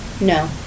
No